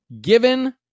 Given